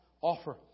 offer